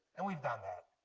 and we've done that.